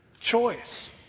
choice